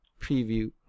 preview